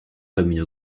comme